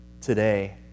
Today